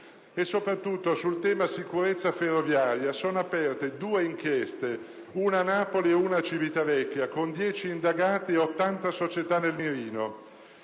Soprattutto, sul tema della sicurezza ferroviaria sono aperte due inchieste (una a Napoli e una a Civitavecchia) con 10 indagati e 80 società nel mirino.